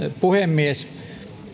puhemies